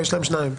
יש להם שניים.